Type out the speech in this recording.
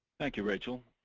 thank you, rachel.